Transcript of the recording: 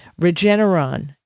Regeneron